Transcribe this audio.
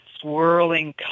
swirling